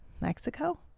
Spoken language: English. Mexico